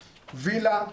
וילה,